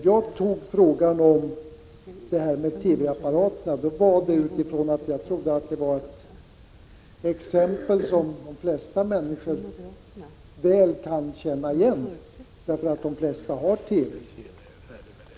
Jag valde exemplet med TV-apparaterna därför att jag trodde att det var ett exempel som de flesta människor väl kunde känna igen, eftersom de flesta har TV.